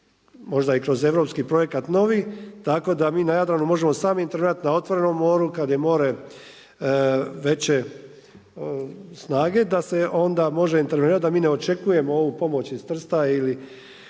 Možda i kroz europski projekat novi, tako da mi na Jadranu možemo sami intervjuirati, na otvorenom moru, kad je more veće snage da se onda može intervenirati, da mi ne očekujemo ovu pomoć iz Trsta ili